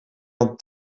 dan